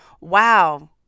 Wow